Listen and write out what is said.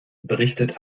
berichtet